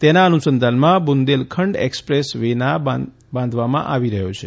તેના અનુસંધાનમાં Bundelkhand express way બાંધવામાં આવી રહ્યો છે